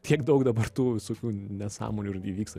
tiek daug dabar tų visokių nesąmonių ir įvyksta